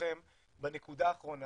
ברשותכם בנקודה האחרונה